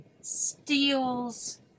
steals